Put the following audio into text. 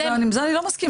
עם זה אני לא מסכימה.